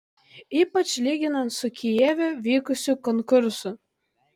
ypač lyginant su kijeve vykusiu konkursu